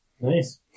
Nice